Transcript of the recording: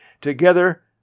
Together